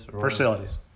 Facilities